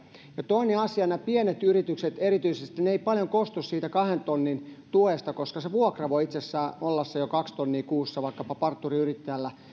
ja toinen asia erityisesti nämä pienet yritykset eivät paljon kostu siitä kahden tonnin tuesta koska jo vuokra voi itse asiassa olla se kaksi tonnia kuussa vaikkapa parturiyrittäjällä